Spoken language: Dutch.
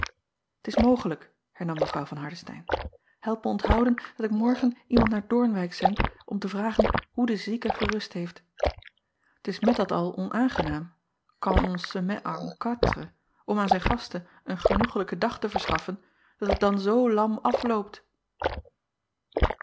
t s mogelijk hernam w van ardestein help mij onthouden dat ik morgen iemand naar oornwijck zend om te vragen hoe de zieke gerust heeft t s met dat al onaangenaam quand on se met en quatre om aan zijn gasten een genoeglijken dag te verschaffen dat het dan zoo lam afloopt